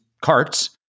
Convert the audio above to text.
carts